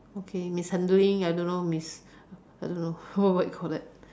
okay mishandling I don't know miss I don't know what what you call that